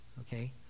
Okay